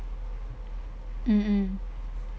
mm mm